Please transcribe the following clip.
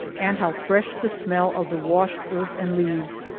and how fresh the smell of the washed earth and leaves,